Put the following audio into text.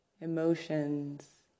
emotions